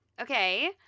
okay